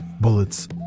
bullets